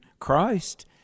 Christ